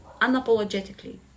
unapologetically